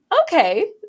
okay